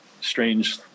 strange